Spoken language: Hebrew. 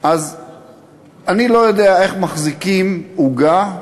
אני לא יודע איך מחזיקים עוגה,